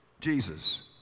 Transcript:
Jesus